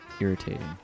irritating